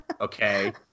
Okay